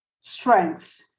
strength